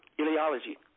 ideology